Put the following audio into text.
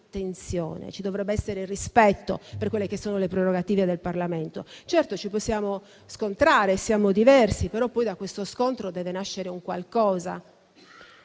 attenzione, ci dovrebbe essere rispetto per le prerogative del Parlamento. Certo, ci possiamo scontrare, perché siamo diversi, ma poi da questo scontro deve nascere qualcosa